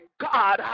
God